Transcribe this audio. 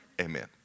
Amen